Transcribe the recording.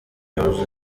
yabuze